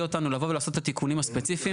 אותנו לבוא ולעשות את התיקונים הספציפיים.